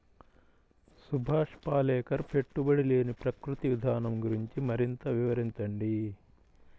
సుభాష్ పాలేకర్ పెట్టుబడి లేని ప్రకృతి విధానం గురించి మరింత వివరించండి